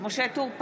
משה טור פז,